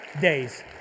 days